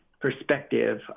perspective